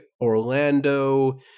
Orlando